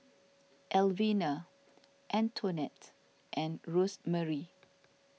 Elvina Antonette and Rosemarie